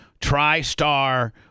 tri-star